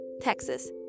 Texas